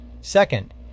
Second